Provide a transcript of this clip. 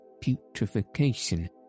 putrefaction